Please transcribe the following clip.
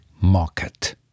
market